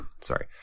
Sorry